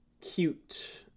Cute